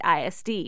ISD